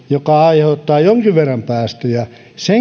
joka aiheuttaa jonkin verran päästöjä